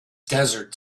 desert